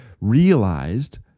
realized